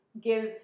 give